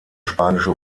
spanische